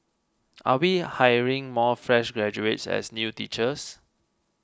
are we hiring more fresh graduates as new teachers